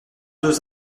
deux